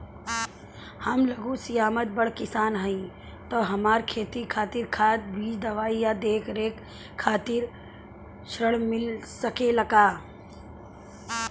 हम लघु सिमांत बड़ किसान हईं त हमरा खेती खातिर खाद बीज दवाई आ देखरेख खातिर ऋण मिल सकेला का?